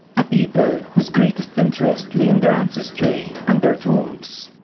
a people whose greatest interest lay in their ancestry and their tombs,